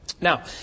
Now